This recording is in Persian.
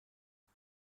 وقت